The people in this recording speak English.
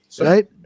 Right